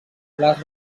les